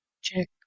check